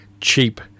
cheap